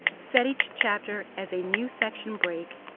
set each chapter as a new section break,